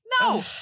No